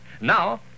Now